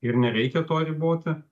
ir nereikia to riboti